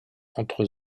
entre